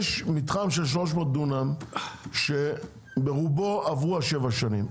יש מתחם של 300 דונם שברובו עברו השבע שנים.